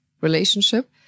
relationship